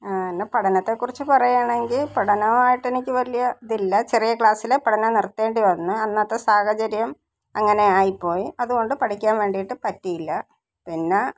പിന്നെ പഠനത്തെക്കുറിച്ച് പറയാണെങ്കിൽ പഠനമായിട്ട് എനിക്ക് വലിയ ഇതില്ല ചെറിയ ക്ലാസ്സിലെ പഠനം നിര്ത്തേണ്ടിവന്നു അന്നത്തെ സാഹചര്യം അങ്ങനെ ആയിപ്പോയി അതുകൊണ്ട് പഠിക്കാന് വേണ്ടിയിട്ട് പറ്റിയില്ല പിന്നെ